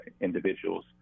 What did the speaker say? individuals